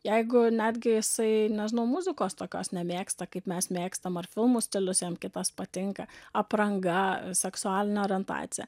jeigu netgi jisai nežinau muzikos tokios nemėgsta kaip mes mėgstam ar filmus stilius jam kitas patinka apranga seksualinė orientacija